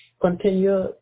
continue